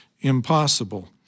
impossible